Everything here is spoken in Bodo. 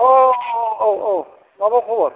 अ औ औ माबा खबर